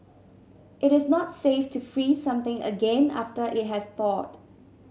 it is not safe to freeze something again after it has thawed